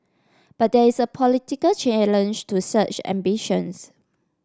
but there is a political challenge to such ambitions